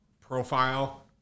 profile